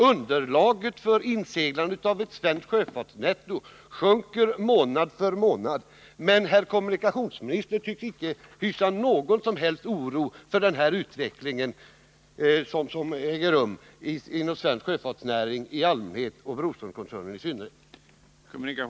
Underlaget för inseglandet av ett svenskt sjöfartsnetto sjunker månad för månad. Men herr kommunikationsministern tycks icke hysa någon som helst oro för den utveckling som äger rum inom svensk sjöfartsnäring i allmänhet och Broströmskoncernen i synnerhet.